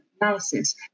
analysis